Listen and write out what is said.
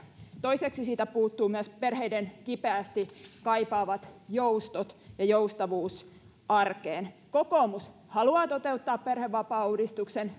toiseksi siitä puuttuvat myös perheiden kipeästi kaipaamat joustot ja joustavuus arkeen kokoomus haluaa toteuttaa perhevapaauudistuksen